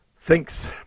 thinks